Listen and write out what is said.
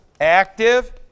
Active